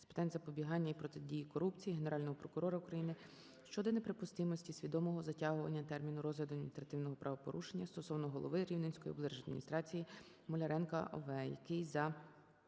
з питань запобігання і протидії корупції, Генерального прокурора України щодо неприпустимості свідомого затягування терміну розгляду адміністративного правопорушення стосовно голови Рівненської облдержадміністрації Муляренка О.В., який за